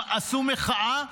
עשו מחאה,